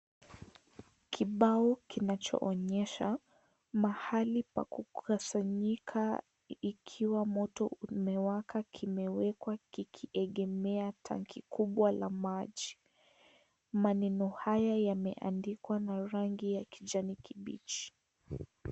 Kibao kinachoonyesha mahali pa kukusanyika ikiwa moto umewaka kimewekwa kikiegemea tanki kubwa la maji, maneno haya yameandikwa na rangi ya kijani kibichi.